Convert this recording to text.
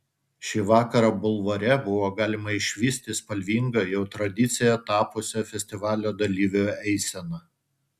šį vakarą bulvare buvo galima išvysti spalvingą jau tradicija tapusią festivalio dalyvių eiseną